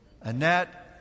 Annette